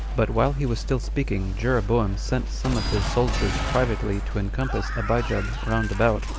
but while he was still speaking jeroboam sent some of his soldiers privately to encompass abijab round about,